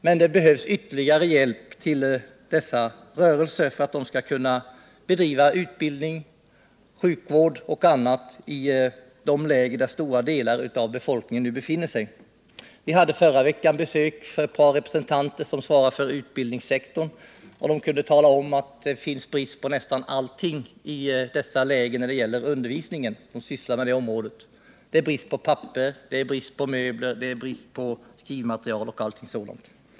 Men det behövs ytterligare hjälp till dessa rörelser för att de skall kunna bedriva utbildning, sjukvård osv. i de läger där stora delar av befolkningen nu befinner sig. Vi hade förra veckan besök av ett par representanter som svarar för utbildningssektorn. De kunde tala om att det råder brist på nästan allting i dessa läger när det gäller undervisningen. Det är brist på papper, möbler, skrivmateriel osv.